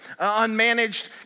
Unmanaged